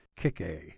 Kick-A